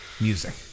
Music